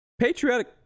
patriotic